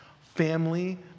family